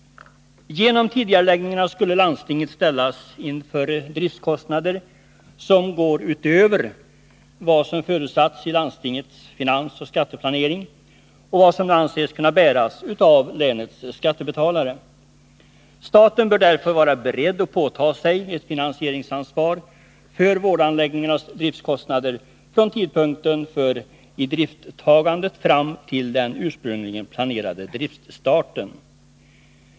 Genom tidigareläggningarna skulle vårt landsting ställas inför driftkostnader som går utöver vad som förutsatts i landstingets finansoch skatteplanering och vad som nu anses kunna bäras av länets skattebetalare. Staten bör därför vara beredd att påta sig ett finansieringsansvar för vårdanläggningarnas driftkostnader från tidpunkten för idrifttagandet fram till den ursprungligen planerade driftstarten.